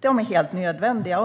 De är helt nödvändiga.